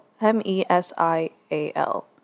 M-E-S-I-A-L